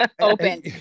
open